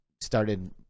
started